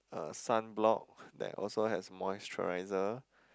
a sunblock that also has moisturizer